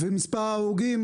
ומספר ההרוגים,